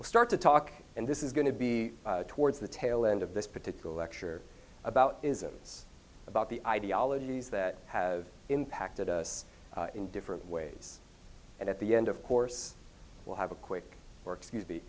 we'll start to talk and this is going to be towards the tail end of this particular lecture about isms about the ideologies that have impacted us in different ways and at the end of course we'll have a quick wor